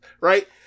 right